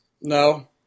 No